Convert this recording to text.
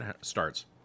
starts